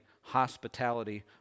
hospitality